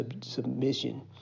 submission